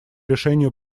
решения